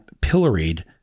pilloried